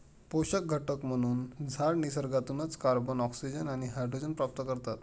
पोषक घटक म्हणून झाडं निसर्गातूनच कार्बन, ऑक्सिजन आणि हायड्रोजन प्राप्त करतात